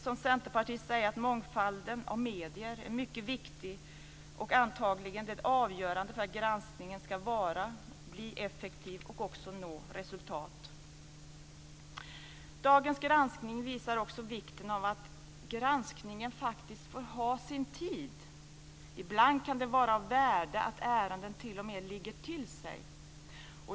Som centerpartist vill jag säga att mångfalden av medier är mycket viktig, och antagligen det avgörande för att granskningen ska bli effektiv och också nå resultat. Dagens granskning visar också vikten av att granskningen faktiskt får ha sin tid. Ibland kan det vara av värde att ärenden t.o.m. ligger till sig.